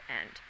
end